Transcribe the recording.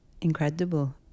incredible